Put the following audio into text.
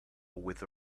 with